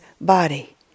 body